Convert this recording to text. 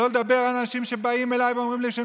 שלא לדבר על אנשים שבאים אליי ואומרים לי שהם